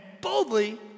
boldly